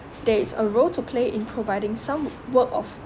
there is a role to play in providing some ~work of